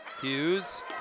Hughes